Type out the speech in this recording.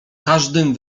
każdym